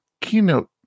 keynote